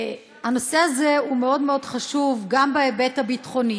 הנושא הזה הוא מאוד מאוד חשוב, גם בהיבט הביטחוני,